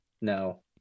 No